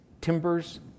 timbers